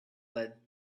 lead